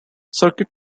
circuit